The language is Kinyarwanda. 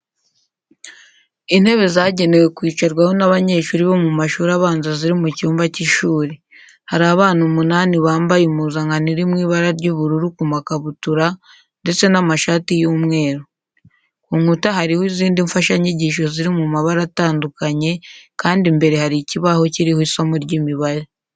Intebe zagenewe kwicarwaho n'abanyeshuri bo mu mashuri abanza ziri mu cyumba cy'ishuri. Hari abana umunani bambaye impuzankano iri mu ibara ry'ubururu ku makabutura ndetse n'amashati y'umweru. Ku nkuta hariho izindi mfashanyigisho ziri mu mabara atandukanye kandi imbere hari ikibaho kiriho isomo ry'imibare.